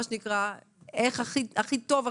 איך הכי טוב,